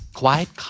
quiet